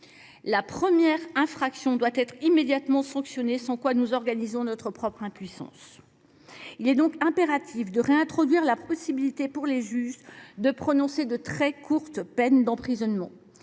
La première infraction doit être immédiatement sanctionnée, sans quoi nous organisons notre propre impuissance. Il est donc impératif de réintroduire la possibilité pour les juges de prononcer de très courtes peines d’emprisonnement.